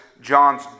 John's